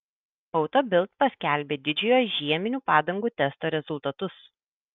auto bild paskelbė didžiojo žieminių padangų testo rezultatus